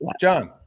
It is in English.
John